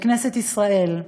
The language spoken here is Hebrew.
בכנסת ישראל,